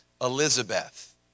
Elizabeth